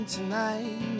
Tonight